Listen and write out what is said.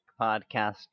podcast